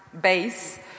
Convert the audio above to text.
base